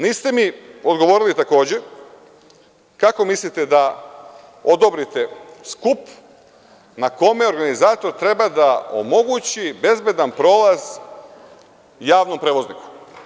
Niste mi odgovorili takođe, kako mislite da odobrite skup na kome organizator treba da omogući bezbedan prolaz javnom prevozniku?